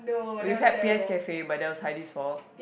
we've had P_S Cafe but that was Hayde's fault